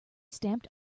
stamped